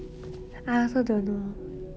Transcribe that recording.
I also don't know